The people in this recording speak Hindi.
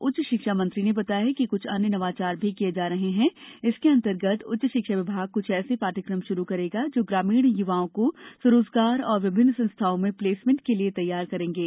उच्च शिक्षा मंत्री ने बताया कि कुछ अन्य नवाचार भी किए जा रहे हैं जिसके अंतर्गत उच्च शिक्षा विभाग कुछ ऐसे पाठ्यक्रम शुरू करेगा जो ग्रामीण युवाओं को स्व रोजगार और विभिन्न संस्थाओं में प्लेसमेंट के लिए तैयार करेंगे